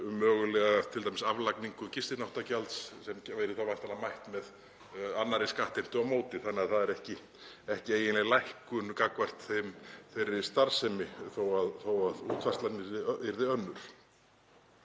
mögulega t.d. aflagningu gistináttagjalds sem væri þá væntanlega mætt með annarri skattheimtu á móti þannig að það er ekki eiginleg lækkun gagnvart þeirri starfsemi þó að útfærslan yrði önnur.